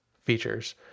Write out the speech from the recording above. features